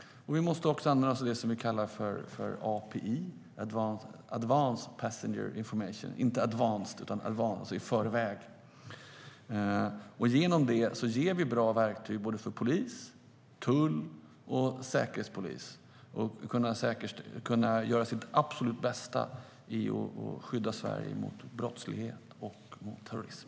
Vi måste också använda oss av det vi kallar API, advance passenger information - inte advanced, utan advance, i förväg. Genom det ger vi såväl polisen och tullen som Säkerhetspolisen bra verktyg att kunna göra sitt absolut bästa när det gäller att skydda Sverige mot brottslighet och terrorism.